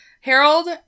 Harold